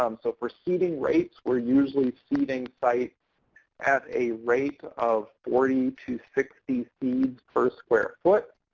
um so for seeding rates, we're usually seeding sites at a rate of forty to sixty seeds per square foot.